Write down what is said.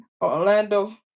Orlando